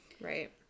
Right